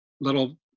little